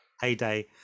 Heyday